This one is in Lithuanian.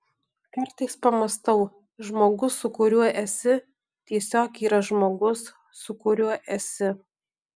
kartais pamąstau žmogus su kuriuo esi tiesiog yra žmogus su kuriuo esi